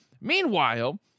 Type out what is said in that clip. Meanwhile